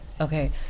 Okay